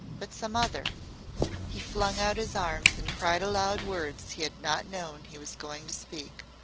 but some other he flung out his arms and cried aloud words he had not known he was going to speak.